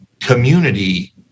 community